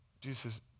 Jesus